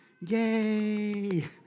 Yay